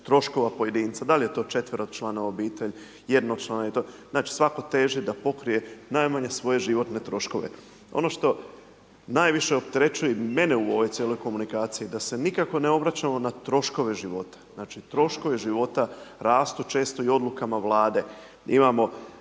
troškova pojedinca, da li je to četveročlana obitelj, jednočlana i to, znači svako teži da pokrije najmanje svoje životne troškove. Ono što najviše opterećuje i mene u ovoj cijeloj komunikaciji, da se nikako ne obraćamo na troškove života, znači troškovi života rastu, često i odlukama Vlade.